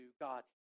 God